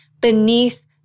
beneath